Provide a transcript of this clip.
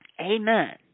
Amen